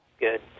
Good